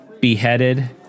beheaded